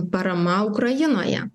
parama ukrainoje